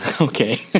Okay